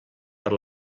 per